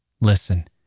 listen